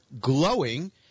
glowing